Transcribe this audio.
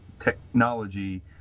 technology